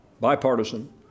bipartisan